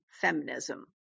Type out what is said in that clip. feminism